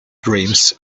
dreams